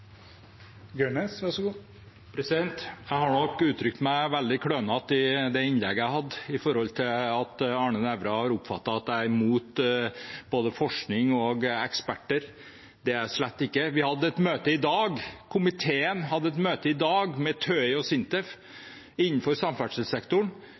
Jeg har nok uttrykt meg veldig klønete i det innlegget jeg hadde når Arne Nævra har oppfattet at jeg er imot både forskning og eksperter. Det er jeg slett ikke. Komiteen hadde et møte i dag med TØI og SINTEF innenfor samferdselssektoren, som var meget interessant, framoverlent når det gjelder prissystemer og